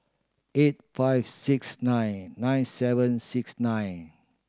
eight five six nine nine seven six nine